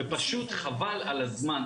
פשוט חבל על הזמן.